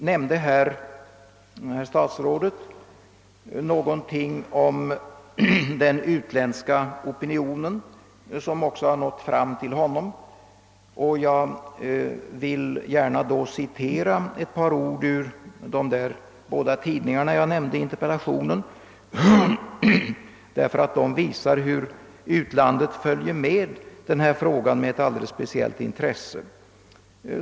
Statsrådet Sträng nämnde någonting om den utländska opinionen, som också har nått fram till honom. Jag skall citera några rader ur de båda tidningar jag nämnt i min interpellation, därför att det visar hur utlandet följer denna fråga med ett alldeles speciellt intresse.